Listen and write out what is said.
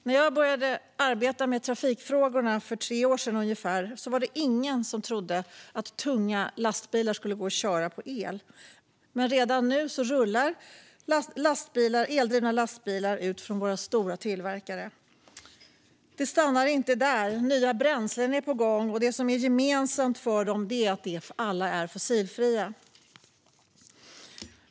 När jag började arbeta med trafikfrågorna för ungefär tre år sedan var det ingen som trodde att tunga lastbilar skulle gå att köra på el, men redan nu rullar eldrivna lastbilar ut från våra stora tillverkare. Det stannar inte där: Nya bränslen är på gång, och det som är gemensamt för dem är att alla är fossilfria.